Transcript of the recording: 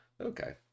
okay